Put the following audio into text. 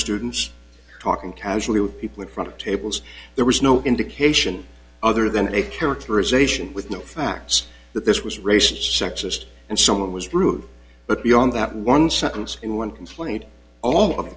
students talking casually with people in front of tables there was no indication other than a characterization with no facts that this was racist sexist and someone was rude but beyond that one second in one complaint all of the